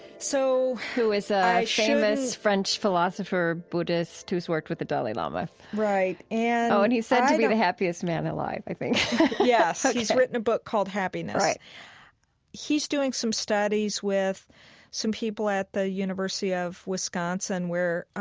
so who is a famous french philosopher buddhist who's worked with the dalai lama right. and, oh, and he's said to be the happiest man alive, i think yes. he's written a book called happiness right he's doing some studies with some people at the university of wisconsin where,